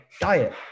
diet